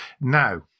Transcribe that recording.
Now